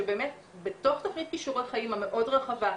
שבאמת בתוך תכנית כישורי חיים המאוד רחבה,